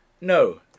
No